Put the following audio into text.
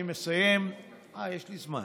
אני מסיים, אה, יש לי זמן.